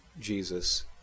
Jesus